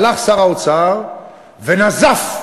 הלך שר האוצר ונזף: